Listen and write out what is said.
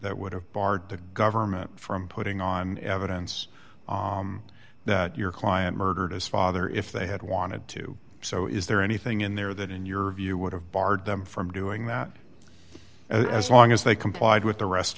that would have barred the government from putting on evidence that your client murdered his father if they had wanted to so is there anything in there that in your view would have barred them from doing that as long as they complied with the rest